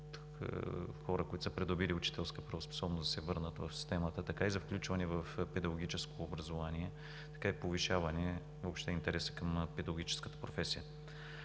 за хора, които са придобили учителска правоспособност, да се върнат в системата, така и за включване в педагогическо образование, в повишаване въобще на интереса към педагогическата професия.